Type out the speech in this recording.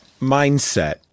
mindset